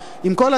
עם כל הכבוד.